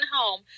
home